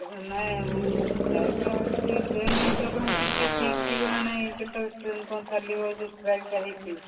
ନାଇଁ ମୁଁ ଯାଇଥାନ୍ତି ଟ୍ରେନ୍ ଏମିତି ଆପଣ କିଛି ଠିକ ଠିକଣା ନାହିଁ କେତେବେଳେ ଟ୍ରେନ୍ କ'ଣ ଚାଲିବ ଯେଉଁ ଷ୍ଟ୍ରାଇକଟା ହେଇଛି